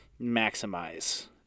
maximize